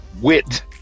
wit